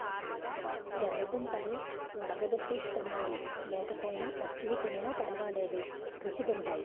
యెర్ర దుంపలు వుడగబెట్టి తినాలి లేకపోయినా పచ్చివి తినిన పరవాలేదు రుచీ గుంటయ్